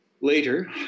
later